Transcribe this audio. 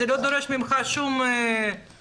זה לא דורש ממך שום חשיבה,